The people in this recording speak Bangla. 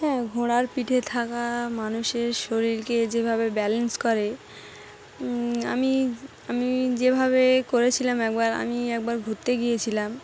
হ্যাঁ ঘোড়ার পিঠে থাকা মানুষের শরীরকে যেভাবে ব্যালেন্স করে আমি আমি যেভাবে করেছিলাম একবার আমি একবার ঘুরতে গিয়েছিলাম